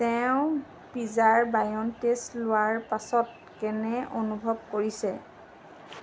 তেওঁ পিজাৰ বায়'ন টেষ্ট লোৱাৰ পাছত কেনে অনুভৱ কৰিছে